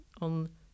on